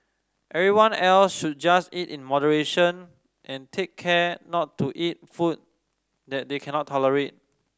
everyone else should just eat in moderation and take care not to eat food that they cannot tolerate